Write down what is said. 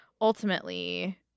ultimately